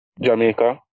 Jamaica